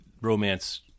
romance